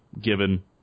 given